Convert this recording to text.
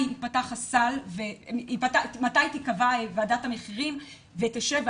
ייפתח הסל ומתי תקבע וועדת המחירים ותשב,